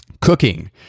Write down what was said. cooking